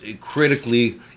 critically